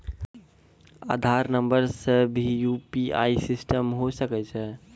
आधार नंबर से भी यु.पी.आई सिस्टम होय सकैय छै?